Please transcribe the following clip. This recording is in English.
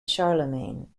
charlemagne